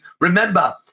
Remember